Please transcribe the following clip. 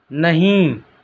نہیں